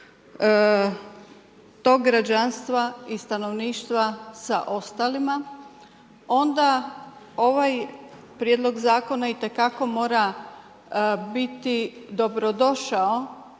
tog građanstva i stanovništva sa ostalima, onda ovaj prijedlog zakona, itekako mora biti dobrodošao,